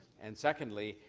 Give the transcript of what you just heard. and secondly,